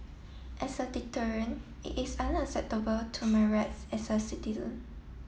as a deterrent it is unacceptable to my rights as a citizen